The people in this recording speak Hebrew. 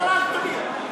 בצורה זדונית,